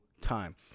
time